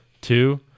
two